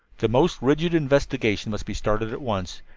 the most rigid investigation must be started at once,